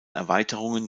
erweiterungen